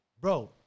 bro